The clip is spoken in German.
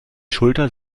schulter